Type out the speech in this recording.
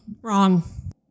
Wrong